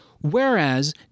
whereas